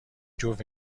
جفت